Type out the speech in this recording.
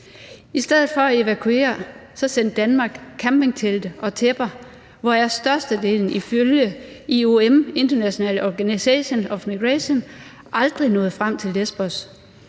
I stedet for at evakuere sendte Danmark campingtelte og tæpper, hvoraf størstedelen ifølge IOM, International